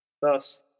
Thus